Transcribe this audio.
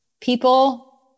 people